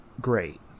great